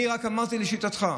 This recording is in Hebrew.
לכן, אני רק אמרתי, לשיטתך.